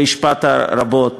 והשפעת רבות